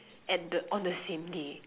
at the on the same day